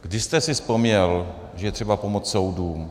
Kdy jste si vzpomněl, že je třeba pomoct soudům?